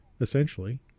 essentially